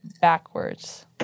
backwards